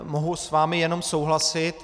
Mohu s vámi jenom souhlasit.